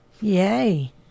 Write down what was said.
Yay